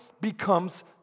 becomes